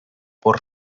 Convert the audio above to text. por